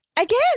Again